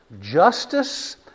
justice